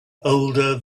older